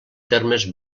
termes